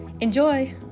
Enjoy